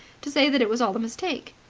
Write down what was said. to say that it was all a mistake.